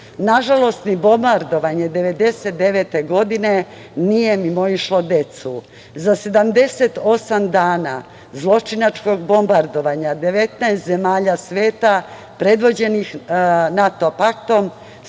znamo. Nažalost, ni bombardovanje 1999. godine nije mimoišlo decu. Za 78 dana zločinačkog bombardovanja 19 zemalja sveta, predvođenih NATO paktom,